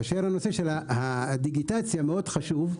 כאשר הנושא של הדיגיטציה הוא מאוד חשוב,